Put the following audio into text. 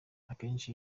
akenshi